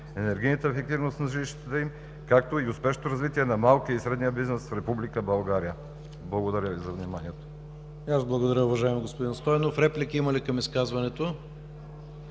енергийната ефективност на жилищата им, както и успешното развитие на малкия и средния бизнес в Република България. Благодаря Ви за вниманието.